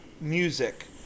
music